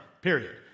period